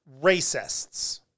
racists